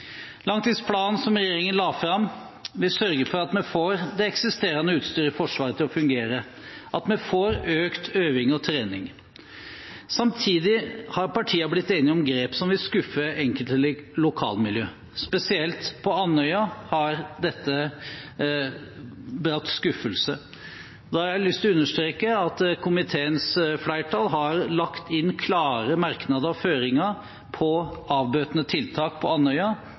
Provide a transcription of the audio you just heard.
Langtidsplanen som regjeringen la fram, vil sørge for at vi får det eksisterende utstyret i Forsvaret til å fungere, at vi får økt øving og trening. Samtidig har partiene blitt enige om grep som vil skuffe enkelte lokalmiljø. Spesielt på Andøya har dette brakt skuffelse. Da har jeg lyst til å understreke at komiteens flertall har lagt inn klare merknader og føringer for avbøtende tiltak på Andøya,